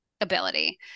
Ability